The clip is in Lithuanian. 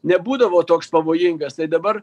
nebūdavo toks pavojingas tai dabar